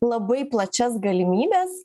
labai plačias galimybes